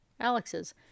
Alex's